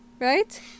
right